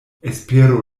espero